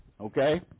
okay